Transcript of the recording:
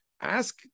Ask